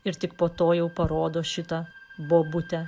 ir tik po to jau parodo šitą bobutę